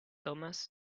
tomas